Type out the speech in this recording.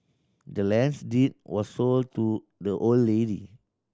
the land's deed was sold to the old lady